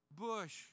Bush